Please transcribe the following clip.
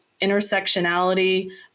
intersectionality